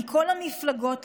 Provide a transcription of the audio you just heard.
מכל המפלגות,